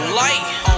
light